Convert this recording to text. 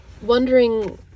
wondering